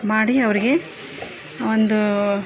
ಮಾಡಿ ಅವ್ರಿಗೆ ಒಂದು